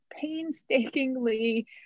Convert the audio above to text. painstakingly